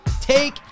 take